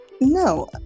No